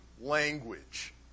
language